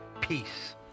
Peace